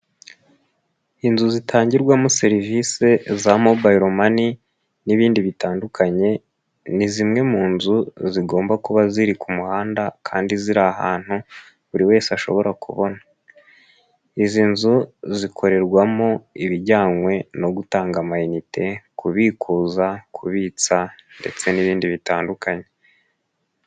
Inzu zitangirwamo serivise za mobayiro mani n'ibindi bitandukanye ni zimwe mu nzu zigomba kuba ziri ku muhanda kandi ziri ahantu buri wese ashobora kubona izi nzu zikorerwamo ibijyanwe no gutanga amayinite, kubikuza, kubitsa ndetse n'ibindi bitandukanye.